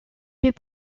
fait